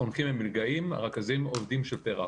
החונכים הם מלגאים, הרכזים עובדים של פר"ח.